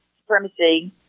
supremacy